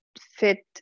fit